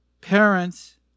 Parents